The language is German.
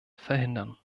verhindern